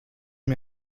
mir